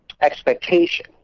expectation